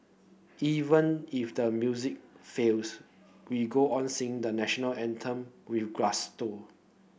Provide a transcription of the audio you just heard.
even if the music fails we go on sing the National Anthem with gusto